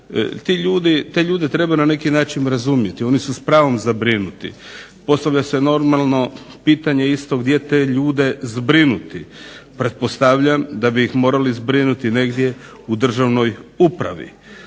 Te ljude treba na neki način razumjeti, oni su s pravom zabrinuti. Postavlja se normalno pitanje isto gdje te ljude zbrinuti? Pretpostavljam da bi ih morali zbrinuti negdje u državnoj upravi.